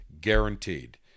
Guaranteed